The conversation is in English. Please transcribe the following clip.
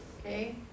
okay